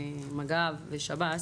מג"ב ושב"ש,